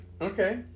Okay